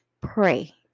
Pray